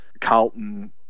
Carlton